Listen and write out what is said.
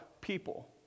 people